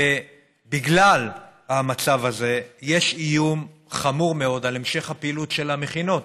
ובגלל המצב הזה יש איום חמור מאוד על המשך הפעילות של המכינות.